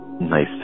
nice